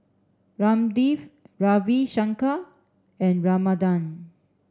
Ramdev Ravi Shankar and Ramanand